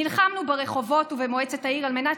נלחמנו ברחובות ובמועצת העיר על מנת